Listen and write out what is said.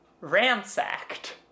ransacked